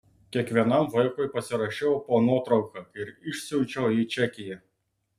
kiekvienam vaikui pasirašiau po nuotrauka ir išsiunčiau į čekiją